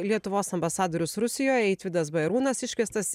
lietuvos ambasadorius rusijoj eitvydas bajarūnas iškviestas